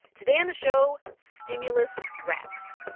today on the show, stimulus rex.